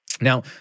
Now